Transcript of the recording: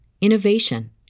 innovation